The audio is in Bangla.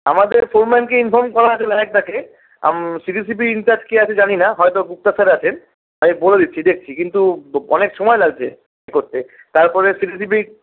আমাদের শোম্যানকে ইনফর্ম করা আছে লায়েকদাকে সিভিসিভি ইনচার্জ কে আছে জানিনা হয়তো গুপ্তা স্যার আছেন আমি বলে দিচ্ছি দেখছি কিন্তু অনেক সময় লাগছে করতে তারপরে সিভিসিভি